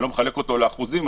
אני לא מחלק אותו לאחוזים,